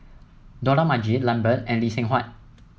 Dollah Majid Lambert and Lee Seng Huat